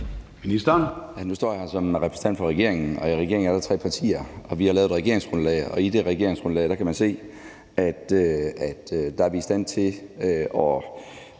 Ministeren.